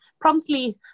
promptly